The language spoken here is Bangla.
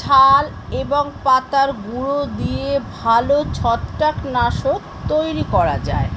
ছাল এবং পাতার গুঁড়ো দিয়ে ভালো ছত্রাক নাশক তৈরি করা যায়